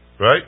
Right